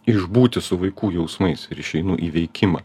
išbūti su vaikų jausmais ir išeinu į veikimą